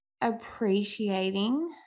appreciating